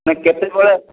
ନାଇଁ କେତେବେଳେ